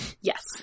Yes